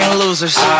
losers